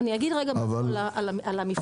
אומר רגע מילה על המבחר.